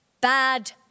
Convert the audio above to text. Bad